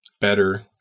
better